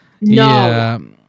No